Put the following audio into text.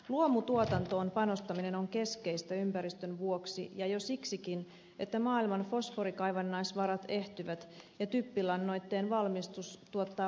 luomutuotantoon panostaminen on keskeistä ympäristön vuoksi ja jo siksikin että maailman fosforikaivannaisvarat ehtyvät ja typpilannoitteen valmistus tuottaa paljon kasvihuonekaasupäästöjä